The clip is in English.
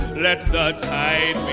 let the tide